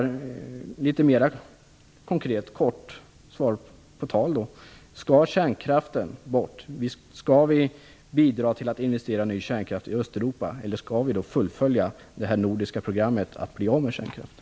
Jag skulle kort och konkret vilja ha svar på frågan om kärnkraften skall bort. Skall vi investera i ny kärnkraft i Östeuropa? Skall vi fullfölja det nordiska programmet för att bli av med kärnkraften?